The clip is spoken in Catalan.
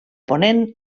ponent